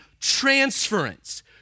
transference